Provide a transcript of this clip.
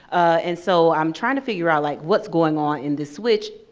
and so, i'm trying to figure out like what's going on in this switch,